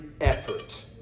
effort